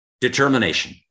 determination